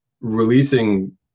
releasing